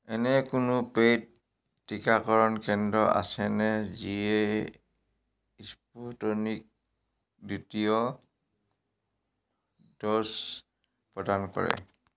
এনে কোনো পেইড টিকাকৰণ কেন্দ্ৰ আছেনে যিয়ে স্পুটনিক দ্বিতীয় ড'জ প্ৰদান কৰে